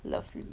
lovely